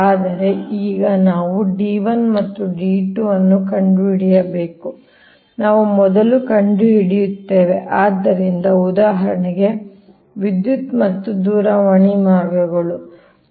ಆದರೆ ಈಗ ನಾವು d 1 ಮತ್ತು d 2 ಅನ್ನು ಕಂಡುಹಿಡಿಯಬೇಕು ನಾವು ಮೊದಲು ಕಂಡುಹಿಡಿಯುತ್ತೇವೆ ಆದ್ದರಿಂದ ಉದಾಹರಣೆಗೆ ವಿದ್ಯುತ್ ಮತ್ತು ದೂರವಾಣಿ ಮಾರ್ಗಗಳು